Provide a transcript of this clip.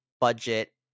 budget